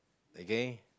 okay